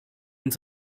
und